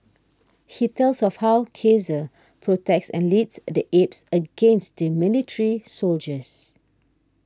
he tells of how Caesar protects and leads the apes against the military soldiers